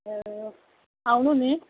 ए आउनु नि